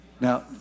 now